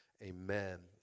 Amen